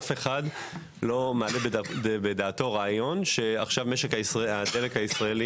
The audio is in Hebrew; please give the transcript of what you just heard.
אף אחד לא מעלה בדעתו רעיון שעכשיו הדלק הישראלי